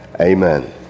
Amen